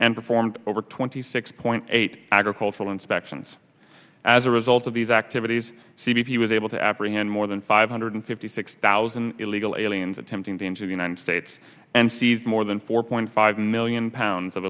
and performed over twenty six point eight agricultural inspections as a result of these activities c b p was able to apprehend more than five hundred fifty six thousand illegal aliens attempting to enter the united states and seized more than four point five million pounds of